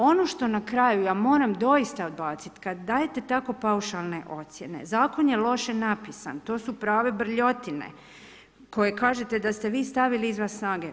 Ono što na kraju ja moram doista odbaciti kada dajete tako paušalne ocjene zakon je loše napisan, to su prave brljotine koje kažete da ste vi stavili izvan snage.